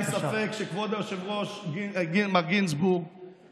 אין לי ספק שכבוד היושב-ראש מר גינזבורג